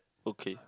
okay